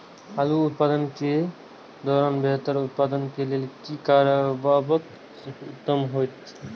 आलू उत्पादन के दौरान बेहतर उत्पादन के लेल की करबाक उत्तम होयत?